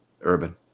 urban